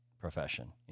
profession